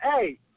Hey